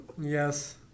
Yes